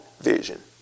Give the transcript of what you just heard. Vision